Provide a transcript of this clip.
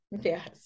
Yes